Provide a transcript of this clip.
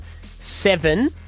seven